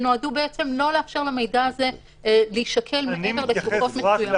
שנועדו לא לאפשר למידע מסוים להישקל --- אני מתייחס רק ל